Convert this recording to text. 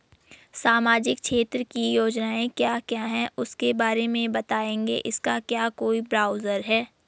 सामाजिक क्षेत्र की योजनाएँ क्या क्या हैं उसके बारे में बताएँगे इसका क्या कोई ब्राउज़र है?